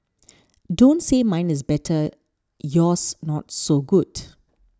don't say mine is better yours not so good